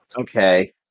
Okay